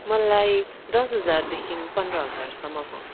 मलाई दस हजारदेखि पन्ध्र हजारसम्मको